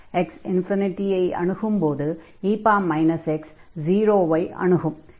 x ஐ அணுகும் போது e x 0 ஐ அணுகும்